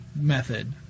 method